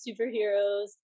superheroes